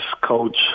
coach